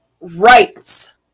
rights